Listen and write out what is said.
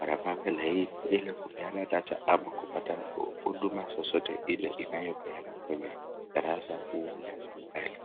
wamepanga laini ili kupeana data ama huduma zozote ile inayo peanwa kwa dara huu ya serikali.